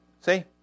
See